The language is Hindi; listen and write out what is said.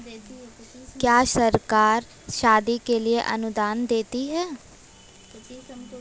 क्या सरकार शादी के लिए अनुदान देती है?